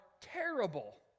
terrible